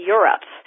Europe